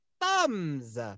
thumbs